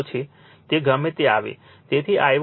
તે ગમે તે આવે તેથી I1 cos ∅1 ખરેખર 35 આવે છે